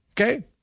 okay